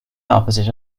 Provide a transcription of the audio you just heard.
opposite